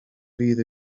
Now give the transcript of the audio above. fydd